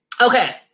okay